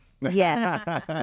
Yes